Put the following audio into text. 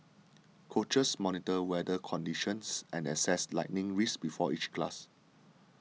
coaches monitor weather conditions and assess lightning risks before each class